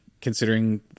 considering